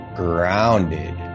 grounded